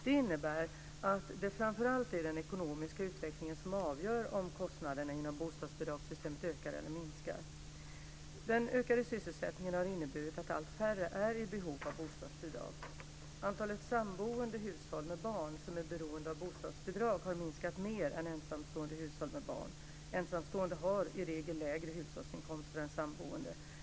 Det innebär att det framför allt är den ekonomiska utvecklingen som avgör om kostnaderna inom bostadsbidragssystemet ökar eller minskar. Den ökade sysselsättningen har inneburit att allt färre är i behov av bostadsbidrag. Antalet samboende hushåll med barn som är beroende av bostadsbidrag har minskat mer än ensamstående hushåll med barn. Ensamstående har i regel lägre hushållsinkomster än samboende.